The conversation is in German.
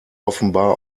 offenbar